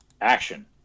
action